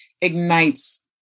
ignites